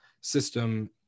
system